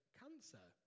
cancer